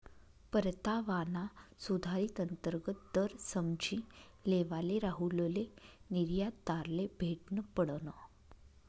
परतावाना सुधारित अंतर्गत दर समझी लेवाले राहुलले निर्यातदारले भेटनं पडनं